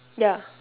ya